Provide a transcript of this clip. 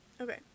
Okay